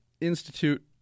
Institute